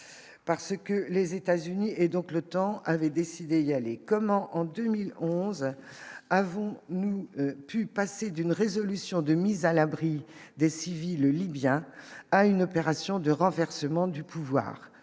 parce que les États-Unis et donc le temps avait décidé il y a les comment en 2011 : avons-nous pu passer d'une résolution de mise à l'abri des civils libyen à une opération de renversement du pouvoir